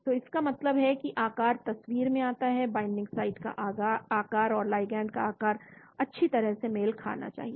तो इसका मतलब है कि आकार तस्वीर में आता है बाइंडिंग साइट का आकार और लिगैंड का आकार अच्छी तरह से मेल खाना चाहिए